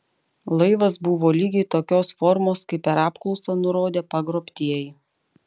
laivas buvo lygiai tokios formos kaip per apklausą nurodė pagrobtieji